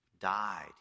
died